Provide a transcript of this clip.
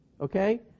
okay